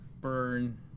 burn